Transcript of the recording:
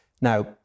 Now